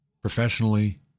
professionally